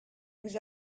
vous